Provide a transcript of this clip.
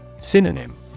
Synonym